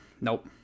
Nope